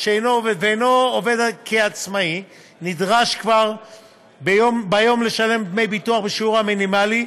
ואינו עובד כעצמאי נדרש כבר כיום לשלם דמי ביטוח בשיעור המינימלי.